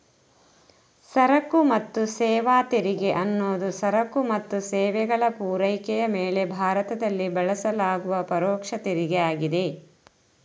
ಸರಕು ಮತ್ತು ಸೇವಾ ತೆರಿಗೆ ಅನ್ನುದು ಸರಕು ಮತ್ತು ಸೇವೆಗಳ ಪೂರೈಕೆಯ ಮೇಲೆ ಭಾರತದಲ್ಲಿ ಬಳಸಲಾಗುವ ಪರೋಕ್ಷ ತೆರಿಗೆ ಆಗಿದೆ